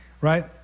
right